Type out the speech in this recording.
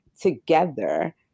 together